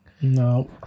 No